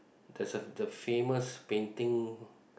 there's a the famous painting